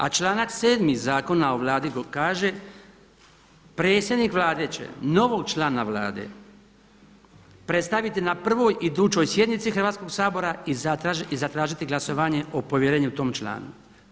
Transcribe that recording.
A članak 7. Zakona o Vladi kaže, predsjednik Vlade će novog člana Vlade predstaviti na prvoj idućoj sjednici Hrvatskoga sabora i zatražiti glasovanje o povjerenju tom članu.